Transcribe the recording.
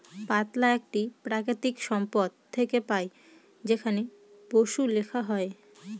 পাতলা একটি প্রাকৃতিক সম্পদ থেকে পাই যেখানে বসু লেখা হয়